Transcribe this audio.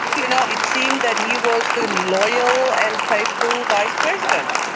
you know, it seemed that he was the loyal and faithful vice president.